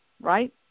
right